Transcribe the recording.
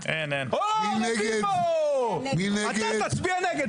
אוה, רביבו, אתה תצביע נגד.